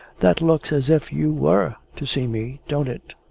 that looks as if you were to see me, don't it?